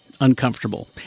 uncomfortable